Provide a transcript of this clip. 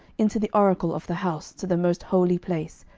into the oracle of the house, to the most holy place,